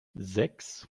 sechs